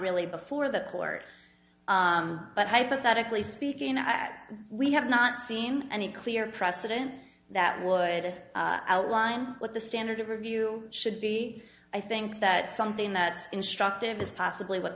really before the court but hypothetically speaking i at we have not seen any clear precedent that would outline what the standard of review should be i think that something that's instructive is possibly what